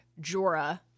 Jorah